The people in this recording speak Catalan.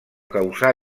causar